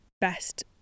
best